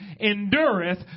endureth